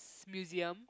museum